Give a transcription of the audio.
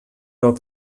prou